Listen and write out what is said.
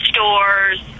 Stores